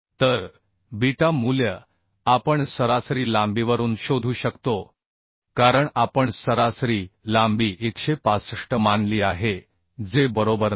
तर बीटा मूल्य आपण सरासरी लांबीवरून शोधू शकतो कारण आपण सरासरी लांबी 165 मानली आहे जे बरोबर नाही